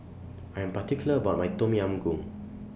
I Am particular about My Tom Yam Goong